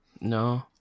No